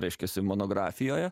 reiškiasi monografijoje